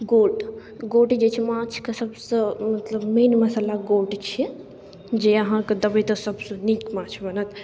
गोट गोट जे छै से माछके सबसँ मतलब मेन मसल्ला गोट छिए जे अहाँके देबै तऽ सबसँ नीक माछ बनत